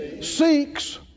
seeks